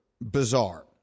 bizarre